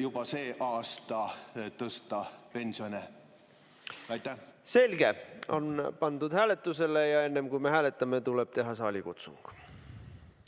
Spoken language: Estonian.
juba sel aastal tõsta pensione. Selge. On pandud hääletusele. Ja enne, kui me hääletame, tuleb teha saalikutsung.